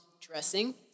dressing